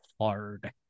hard